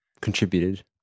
contributed